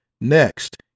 Next